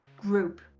group